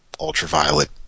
ultraviolet